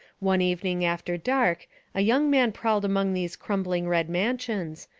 one evening after dark a young man prowled among these crumbling red mansions,